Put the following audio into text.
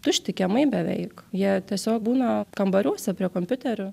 tušti kiemai beveik jie tiesiog būna kambariuose prie kompiuterio